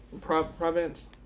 province